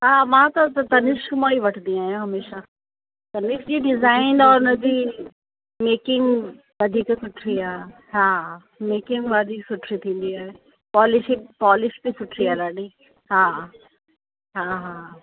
हा मां त तनिष्क मां ई वठंदी आहियां हमेशह तनिष्क जी डिज़ाइन और उनजी मेकिंग वधीक सुठी आहे हा मेकिंग वधीक सुठी थींदी आहे पॉलिशिंग पॉलिश बि सुठी आहे ॾाढी हा हा हा